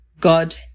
God